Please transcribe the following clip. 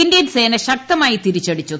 Indian സേന ശക്തമായി തിരിച്ചടിച്ചു